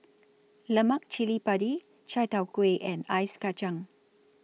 Lemak Cili Padi Chai Tow Kuay and Ice Kachang